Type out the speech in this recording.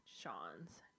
Sean's